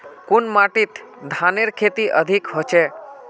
कुन माटित धानेर खेती अधिक होचे?